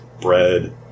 bread